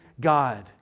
God